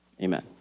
amen